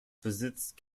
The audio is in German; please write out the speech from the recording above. besitzt